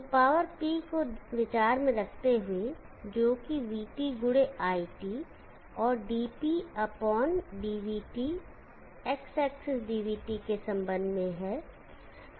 तो power P को विचार में रखते हुए जो कि vT गुडे iT और dpdvT X axis dvT के संबंध में है